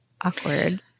Awkward